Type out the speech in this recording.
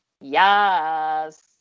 Yes